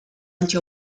anti